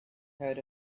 heard